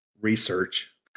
research